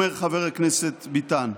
אומר חבר הכנסת ביטן: